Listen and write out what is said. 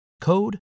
code